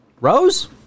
Rose